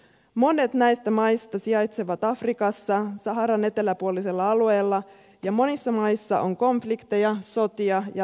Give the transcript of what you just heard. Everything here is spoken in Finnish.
monet näistä maista sijaitsevat afrikassa saharan eteläpuolisella alueella ja monissa maissa on konflikteja sotia ja levottomuuksia